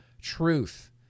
truth